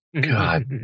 God